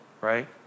right